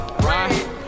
right